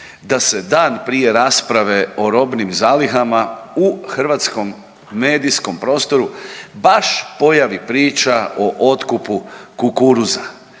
da se dan prije rasprave o robnim zalihama u hrvatskom medijskom prostoru baš pojavi priča o otkupu kukuruza.